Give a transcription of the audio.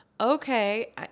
Okay